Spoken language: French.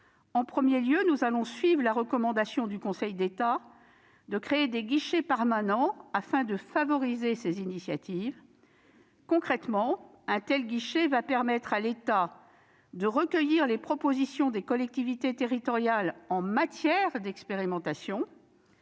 En premier lieu, nous allons suivre la recommandation du Conseil d'État de créer des « guichets permanents » afin de favoriser ces initiatives. Concrètement, un tel guichet permettra à l'État de recueillir les propositions des collectivités territoriales en matière d'expérimentation,